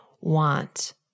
want